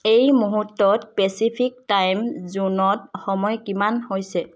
এই মুহূৰ্তত Pacific time জোনত সময় কিমান হৈছে